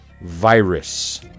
virus